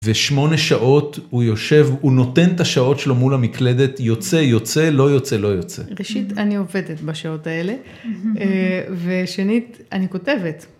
ושמונה שעות הוא יושב, הוא נותן את השעות שלו מול המקלדת, יוצא - יוצא, לא יוצא - לא יוצא. ראשית אני עובדת בשעות האלה, ושנית אני כותבת.